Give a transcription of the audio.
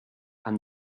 and